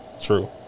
True